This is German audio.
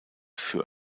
für